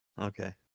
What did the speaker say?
Okay